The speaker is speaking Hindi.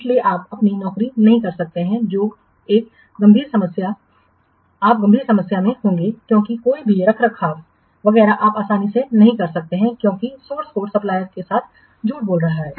इसलिए आप अपनी नौकरी नहीं कर सकते हैं जो आप गंभीर समस्या में होंगे क्योंकि कोई भी रखरखाव वगैरह आप आसानी से नहीं कर सकते क्योंकि स्रोत कोड सप्लायर्स के साथ झूठ बोल रहा है